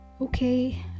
Okay